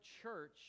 church